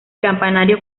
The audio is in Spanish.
campanario